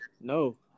No